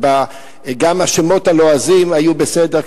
גם השמות הלועזיים היו בסדר,